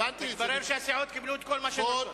מתברר שהסיעות קיבלו את כל מה שהן רוצות.